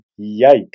Yikes